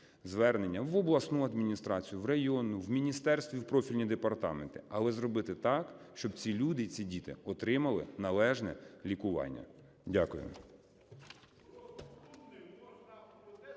звернення в обласну адміністрацію, в районну, в міністерстві в профільні департаменти, але зробити так, щоб ці люди і ці діти отримали належне лікування. Дякую.